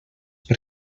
per